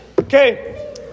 okay